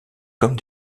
comme